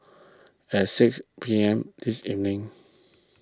at six P M this evening